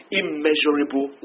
immeasurable